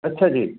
ਅੱਛਾ ਜੀ